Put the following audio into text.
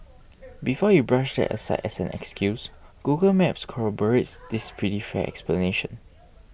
before you brush that aside as an excuse Google Maps corroborates this pretty fair explanation